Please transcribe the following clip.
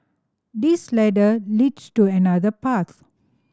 this ladder leads to another path